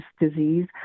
disease